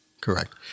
Correct